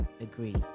agree